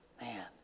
man